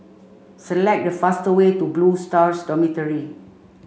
select the fastest way to Blue Stars Dormitory